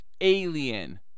alien